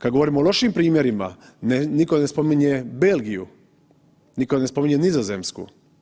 Kada govorimo o lošim primjerima, niko ne spominje Belgiju, niko ne spominje Nizozemsku.